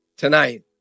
Tonight